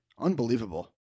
Unbelievable